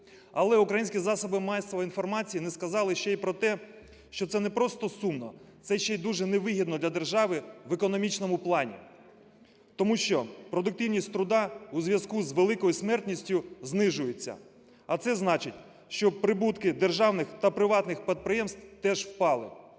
Але українські засоби масової інформації не сказали ще й про те, що це не просто сумно, це ще й і дуже невигідно для держави в економічному плані, тому що продуктивність труда у зв'язку з великою смертністю знижується. А це значить, що прибутки державних та приватних підприємств теж впали.